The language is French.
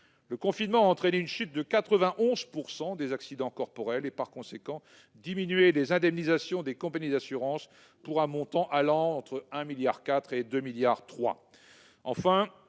le confinement a entraîné une chute de 91 % des accidents corporels, et par conséquent diminué les indemnisations des compagnies d'assurance pour un montant compris entre 1,4 milliard d'euros et 2,3 milliards